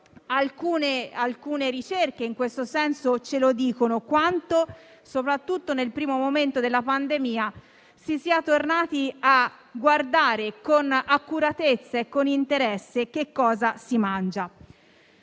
Alcune ricerche in questo senso dimostrano quanto, soprattutto nel primo momento della pandemia, si sia tornati a guardare con accuratezza e con interesse a ciò che si mangia.